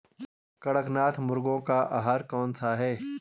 कड़कनाथ मुर्गे का आहार कौन सा है?